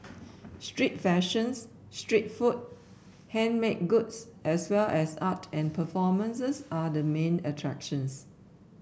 street fashions street food handmade goods as well as art and performances are the main attractions